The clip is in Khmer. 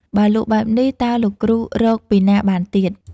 បើលក់បែបនេះ តើលោកគ្រូរកពីណាបានទៀត?។